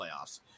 playoffs